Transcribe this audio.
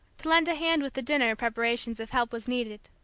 to lend a hand with the dinner reparations if help was needed.